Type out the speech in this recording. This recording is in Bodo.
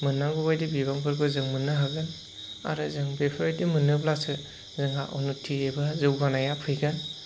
मोननांगौ बायदि बिबांफोरखौ जों मोननो हागोन आरो जों बेफोरबायदि मोनोब्लासो जोंहा उन्न'ति एबा जौगानाया फैगोन